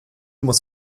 muss